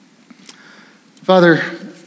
Father